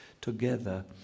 together